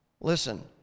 Listen